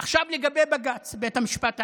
עכשיו לגבי בג"ץ, בית המשפט העליון: